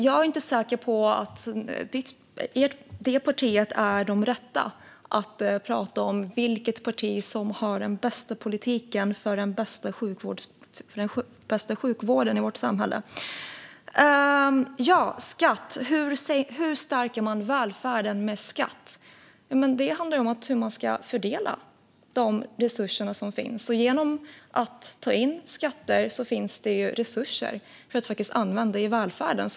Jag är inte säker på att det partiet är det rätta att prata om vilket parti som har politiken för den bästa sjukvården i vårt samhälle. Hur stärker man välfärden med skatt? Det handlar om hur man ska fördela de resurser som finns. Genom att vi tar in skatter finns det resurser att använda i välfärden.